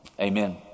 amen